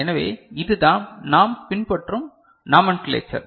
எனவே இதுதான் நாம் பின்பற்றும் நாமேன்க்லேச்சர்